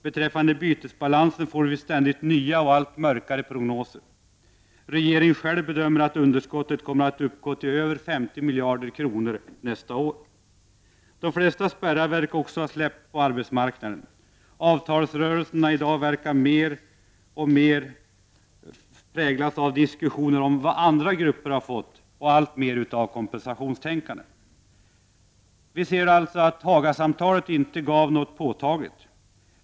Beträffande bytesbalansen får vi ständigt nya och allt mörkare prognoser. Regeringen själv bedömer att underskottet kommer att uppgå till över 50 miljarder kronor nästa år. De flesta spärrar verkar också vara släppta på arbetsmarknaden. Avtalsrörelserna tycks mer och mer präglas av diskussioner om ”vad andra grupper fått” och alltmer utav kompensationstänkande. Vi ser nu att Hagasamtalen inte gav något påtagligt resultat.